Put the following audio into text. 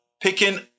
picking